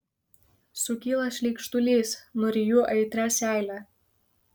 sukyla šleikštulys nuryju aitrią seilę